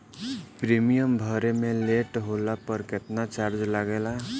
Premium भरे मे late होला पर केतना चार्ज लागेला?